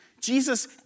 Jesus